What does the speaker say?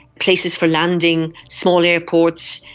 places for landing, small airports,